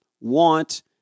want